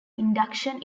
induction